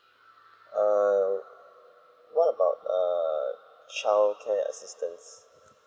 err what about err child care assistance